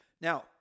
Now